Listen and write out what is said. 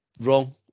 wrong